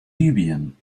libyen